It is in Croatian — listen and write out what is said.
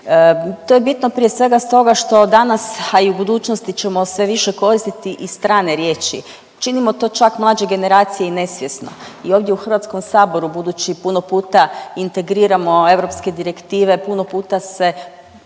To je bitno prije svega stoga što danas, a i u budućnosti ćemo sve više koristiti i strane riječi. Činimo to čak, mlađe generacije i nesvjesno i ovdje u HS-u budući puno puta integriramo europske direktive, puno puta se